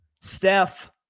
Steph